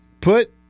Put